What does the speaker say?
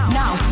now